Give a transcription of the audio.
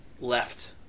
left